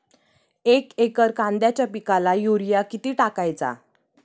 एक एकर कांद्याच्या पिकाला युरिया किती टाकायचा?